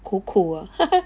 苦苦 ah